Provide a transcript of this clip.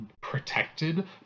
protected